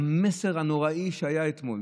המסר הנוראי שהיה אתמול,